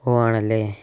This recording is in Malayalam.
ഓഹ് ആണല്ലേ